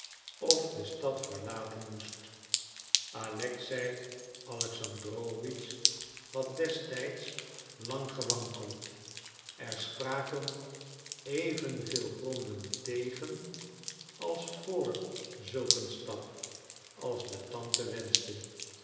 of de stad verlaten moest alexei alexandrowitsch had destijds lang gewankeld er spraken evenveel gronden tegen als voor zulk een stap als de tante wenschte